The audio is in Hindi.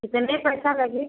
कितने पैसा लगेगे